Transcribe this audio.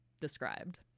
described